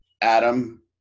Adam